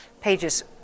Pages